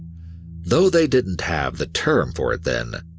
though they didn't have the term for it then,